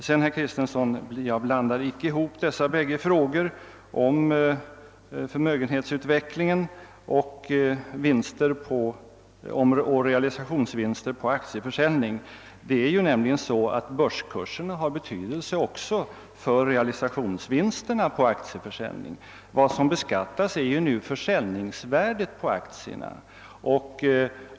Sedan, herr Kristenson, blandar jag icke ihop de båda frågorna om förmögenhetsutvecklingen och realisationsvinsterna på aktieförsäljning. Det är nämligen så att börskurserna har betydelse också för realisationsvinsterna på aktieförsäljningar. Vad som beskattas nu är försäljningsvärdet på aktierna.